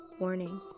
Warning